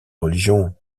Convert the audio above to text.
religion